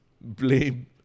blame